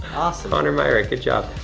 awesome. connor myrick, good job.